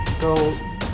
go